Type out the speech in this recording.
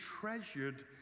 treasured